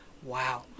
wow